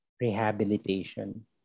Rehabilitation